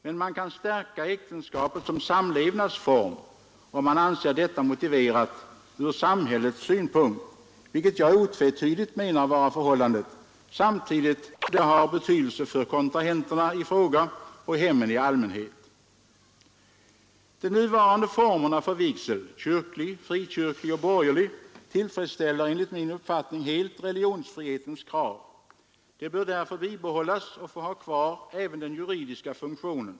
Men man kan stärka äktenskapet som samlevnadsform, om man anser detta motiverat från samhällets synpunkt, vilket jag otvetydigt menar vara förhållandet — samtidigt som det har stor betydelse för kontrahenterna i fråga och för hemmen i allmänhet. De nuvarande formerna för vigsel — kyrklig, frikyrklig och borgerlig — tillfredsställer enligt min uppfattning helt religionsfrihetens krav. De bör därför bibehållas och få ha kvar även den juridiska funktionen.